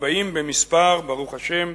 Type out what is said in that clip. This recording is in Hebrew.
40 במספר, ברוך השם,